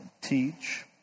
teach